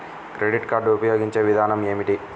Credit card ఉపయోగించే విధానం ఏమి?